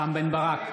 רם בן ברק,